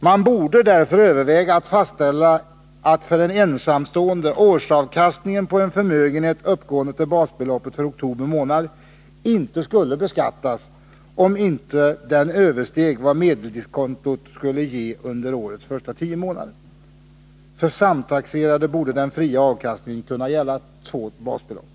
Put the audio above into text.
Man borde därför överväga att fastställa att för en ensamstående årsavkastningen på en förmögenhet uppgående till basbeloppet för oktober månad inte beskattas, om den inte överstiger vad medeldiskontot skulle ge Nr 110 under årets första tio månader. För samtaxerade borde den fria avkastningen Torsdagen den gälla två basbelopp.